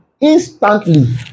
instantly